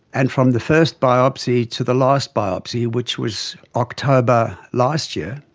and from the first biopsy to the last biopsy, which was october last year,